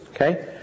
Okay